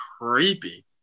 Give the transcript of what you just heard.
creepy